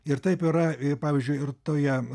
ir taip yra pavyzdžiui ir toje